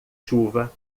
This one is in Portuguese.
chuva